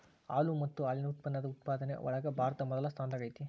ಹಾಲು ಮತ್ತ ಹಾಲಿನ ಉತ್ಪನ್ನದ ಉತ್ಪಾದನೆ ಒಳಗ ಭಾರತಾ ಮೊದಲ ಸ್ಥಾನದಾಗ ಐತಿ